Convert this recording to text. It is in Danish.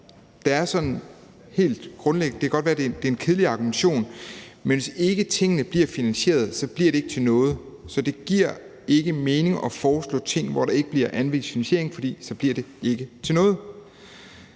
det kan godt være, det er en kedelig argumentation, men hvis ikke tingene bliver finansieret, bliver de ikke til noget. Så det giver ikke mening at foreslå ting, hvor der ikke bliver anvist finansiering, for så bliver det ikke til noget.